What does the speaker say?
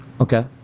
okay